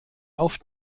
auf